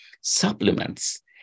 supplements